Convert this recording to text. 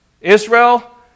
Israel